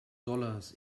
dollars